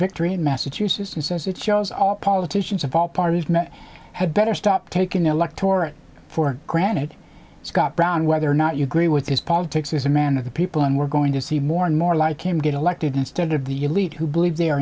victory in massachusetts and says it shows all politicians of all parties had better stop taking the electorate for granted scott brown whether or not you agree with his politics is a man of the people and we're going to see more and more like came to get elected instead of the elite who believe they